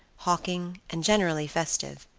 hawking, and generally festive.